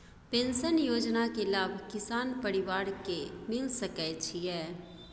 Pension योजना के लाभ किसान परिवार के मिल सके छिए?